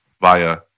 via